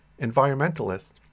environmentalists